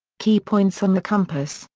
key points on the compass,